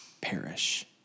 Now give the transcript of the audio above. perish